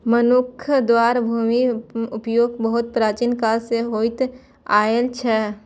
मनुक्ख द्वारा भूमिक उपयोग बहुत प्राचीन काल सं होइत आयल छै